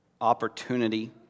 opportunity